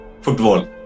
football